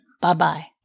Bye-bye